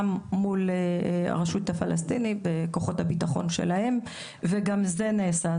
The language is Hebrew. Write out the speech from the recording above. מול הרשות הפלסטינית וכוחות הביטחון שלהם וגם זה נעשה.